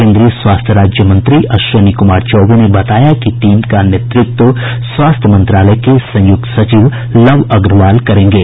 केंद्रीय स्वास्थ्य राज्य मंत्री अश्विनी कुमार चौबे ने बताया कि टीम का नेतृत्व स्वास्थ्य मंत्रालय के संयुक्त सचिव लव अग्रवाल करेंगे